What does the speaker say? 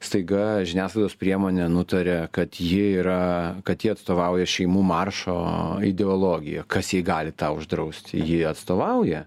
staiga žiniasklaidos priemonė nutarė kad ji yra kad ji atstovauja šeimų maršo ideologiją kas jai gali tą uždrausti ji atstovauja